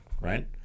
right